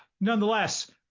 Nonetheless